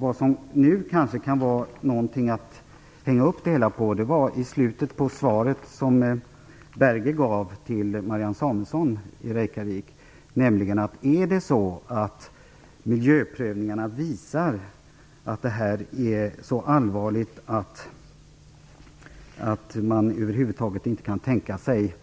Vad som nu kan vara något att hänga upp det hela på är det som minister Berge sade i svaret till Marianne Samuelsson i Reykjavik, nämligen att om miljöprövningarna visar att det här är så allvarligt att man över huvud taget inte kan tänka sig